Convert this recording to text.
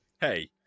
Hey